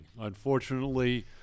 Unfortunately